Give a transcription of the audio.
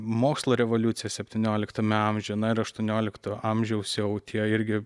mokslo revoliucija septynioliktame amžiuje na ir aštuoniolikto amžiaus jau tie irgi